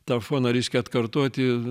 tą foną reiškia atkartoti